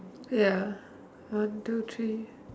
ya one two three